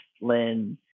Lynn